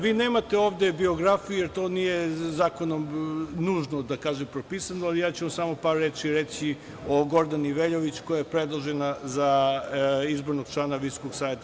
Vi nemate ovde biografije, to nije zakonom nužno propisano, ali ja ću vam samo par reči reći o Gordani Veljović, koja je predložena za izbornog člana VSS.